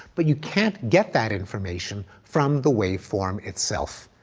but you can't get that information from the wave form itself.